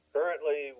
Currently